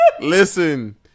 Listen